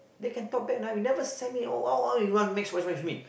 they can talk back now you never send me or !wow! !wow! you want to make voice with me